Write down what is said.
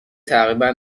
تقریبا